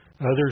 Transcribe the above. Others